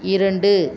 இரண்டு